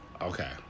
Okay